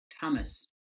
thomas